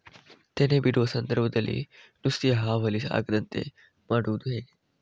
ತೆನೆ ಬಿಡುವ ಸಂದರ್ಭದಲ್ಲಿ ನುಸಿಯ ಹಾವಳಿ ಆಗದಂತೆ ಮಾಡುವುದು ಹೇಗೆ?